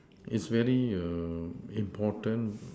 it's very err important